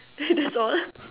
that's all